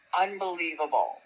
unbelievable